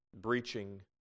breaching